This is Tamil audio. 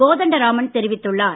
கோதண்டராமன் தெரிவித்துள்ளார்